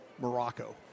Morocco